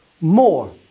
more